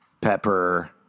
pepper